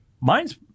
Mine's